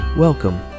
Welcome